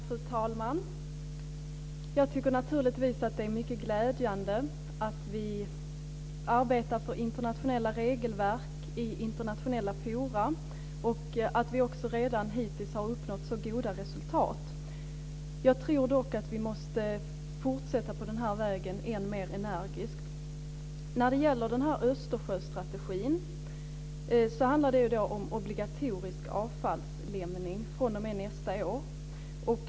Fru talman! Jag tycker naturligtvis att det är mycket glädjande att vi arbetar för internationella regelverk i internationella forum och att vi redan hittills har uppnått så goda resultat. Jag tror dock att vi måste fortsätta på den här vägen än mer energiskt. I Östersjöstrategin ingår obligatorisk avfallslämning fr.o.m. nästa år.